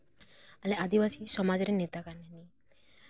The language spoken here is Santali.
ᱟᱞᱮ ᱟᱹᱫᱤᱵᱟᱹᱥᱤ ᱥᱚᱢᱟᱡᱽ ᱨᱮᱱ ᱱᱮᱛᱟ ᱠᱟᱱᱟᱭ ᱩᱱᱤ